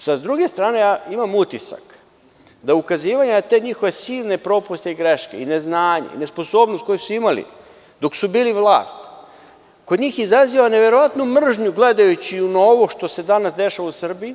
Sa druge strane, imam utisak da ukazivanje na te njihove silne propuste i greške i neznanje i nesposobnost koju su imali dok su bili vlast, kod njih izaziva neverovatnu mržnju gledajući na ovo što se danas dešava u Srbiji,